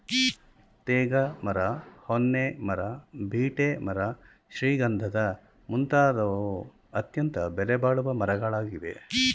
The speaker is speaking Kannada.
ತೇಗ ಮರ, ಹೊನ್ನೆ ಮರ, ಬೀಟೆ ಮರ ಶ್ರೀಗಂಧದ ಮುಂತಾದವು ಅತ್ಯಂತ ಬೆಲೆಬಾಳುವ ಮರಗಳಾಗಿವೆ